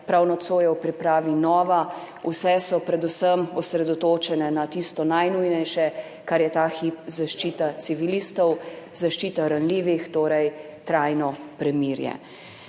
prav nocoj je v pripravi nova, vse so predvsem osredotočene na tisto najnujnejše, kar je ta hip – zaščita civilistov, zaščita ranljivih, torej trajno premirje.